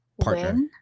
partner